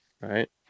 right